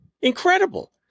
Incredible